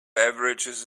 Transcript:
beverages